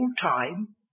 time